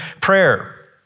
prayer